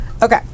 Okay